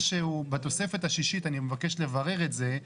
בתוספת השישית אני מבקש לברר את זה,